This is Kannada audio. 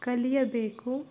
ಕಲಿಯಬೇಕು